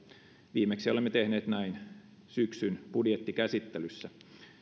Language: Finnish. viimeksi olemme tehneet näin syksyn budjettikäsittelyssä